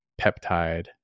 peptide